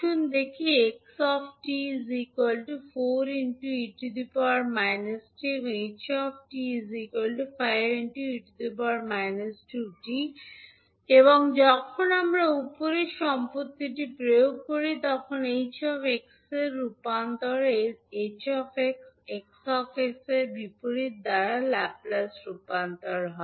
আসুন দেখি যে 𝑥 𝑡 4𝑒 − 𝑡 এবং ℎ 𝑡 5 𝑒 − 2𝑡 এবং যখন আমরা উপরের সম্পত্তিটি প্রয়োগ করি তখন h এবং x এর রূপান্তরটি 𝐻 𝑠 𝑋 𝑠 এর বিপরীত ল্যাপ্লেস রূপান্তর হয়